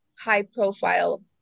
high-profile